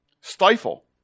Stifle